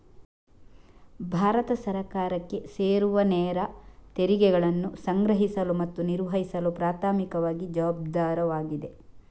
ಭಾರತ ಸರ್ಕಾರಕ್ಕೆ ಸೇರುವನೇರ ತೆರಿಗೆಗಳನ್ನು ಸಂಗ್ರಹಿಸಲು ಮತ್ತು ನಿರ್ವಹಿಸಲು ಪ್ರಾಥಮಿಕವಾಗಿ ಜವಾಬ್ದಾರವಾಗಿದೆ